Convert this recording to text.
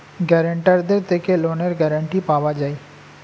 গ্যারান্টারদের থেকে লোনের গ্যারান্টি পাওয়া যায়